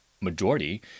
majority